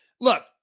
Look